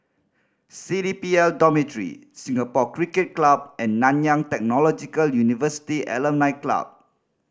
C D P L Dormitory Singapore Cricket Club and Nanyang Technological University Alumni Club